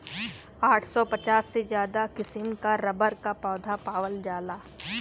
आठ सौ पचास से ज्यादा किसिम क रबर क पौधा पावल जाला